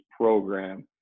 program